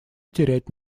терять